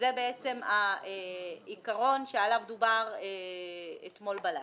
זה העיקרון שעליו דובר אתמול בלילה.